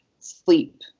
sleep